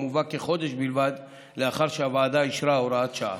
המובא כחודש בלבד לאחר שהוועדה אישרה הוראת שעה.